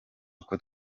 uko